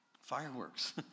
fireworks